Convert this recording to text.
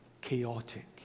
chaotic